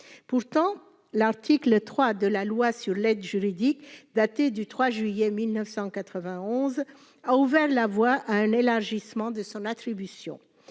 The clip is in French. pourtant l'article 3 de la loi sur l'aide juridique, datée du 3 juillet 1991 a ouvert la voie à un élargissement de son attribution